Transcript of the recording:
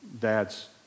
dad's